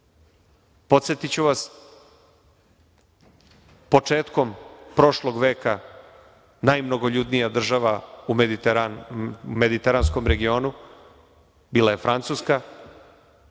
Podsetiću vas, početkom prošlog veka najmnogoljudnija država u mediteranskom regionu bila je Francuska,